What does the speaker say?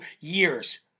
years